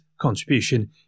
contribution